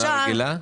בשנה רגילה?